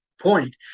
point